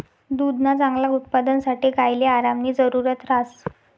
दुधना चांगला उत्पादनसाठे गायले आरामनी जरुरत ह्रास